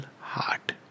heart